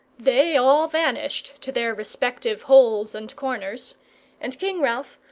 they all vanished to their respective holes and corners and king ralph,